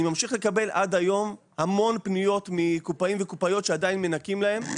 אני ממשיך לקבל עד היום המון פניות מקופאים וקופאיות שעדיין מנכים להם.